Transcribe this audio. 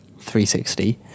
360